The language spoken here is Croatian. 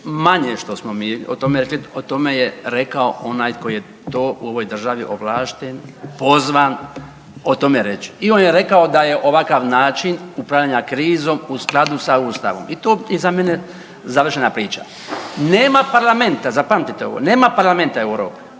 manje što smo mi o tome rekli, o tome je rekao onaj koji je to u ovoj državi ovlašten i pozvan o tome reći i on je rekao da je ovakav način upravljanja krizom u skladu sa Ustavom i to je za mene završena priča. Nema parlamenta, zapamtite ovo, nema parlamenta u Europi,